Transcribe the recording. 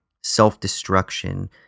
self-destruction